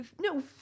no